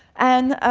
and,